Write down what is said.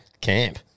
Camp